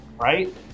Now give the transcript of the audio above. right